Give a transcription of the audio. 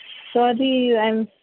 so అది and